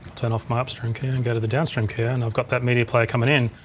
turn off my upstream key and go to the downstream key here and i've got that media player coming in.